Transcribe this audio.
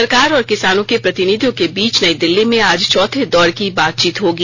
सरकार और किसानों के प्रतिनिधियों के बीच नई दिल्ली में आज चौथे दौर की बातचीत होगी